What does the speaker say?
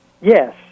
Yes